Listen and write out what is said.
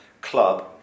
Club